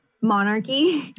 monarchy